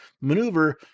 maneuver